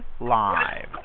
live